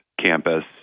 campus